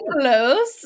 close